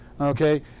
okay